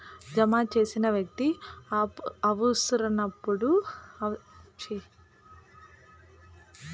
జమ చేసిన వ్యక్తి అవుసరాన్నిబట్టి సేనా రకాల పొదుపు కాతాల్ని బ్యాంకులు అందిత్తాయి